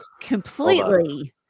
completely